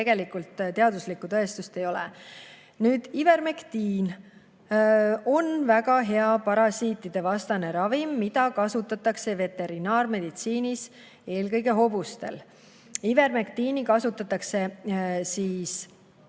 tegelikult teaduslikku tõestust ei ole. Nüüd, ivermektiin on väga hea parasiitidevastane ravim, mida kasutatakse veterinaarmeditsiinis, eelkõige hobustel. Ivermektiini kasutatakse ka